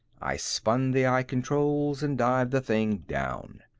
i spun the eye controls and dived the thing down.